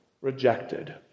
rejected